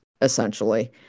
essentially